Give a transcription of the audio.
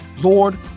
Lord